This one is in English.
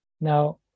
Now